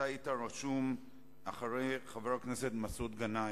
אתה היית רשום אחרי חבר הכנסת מסעוד גנאים,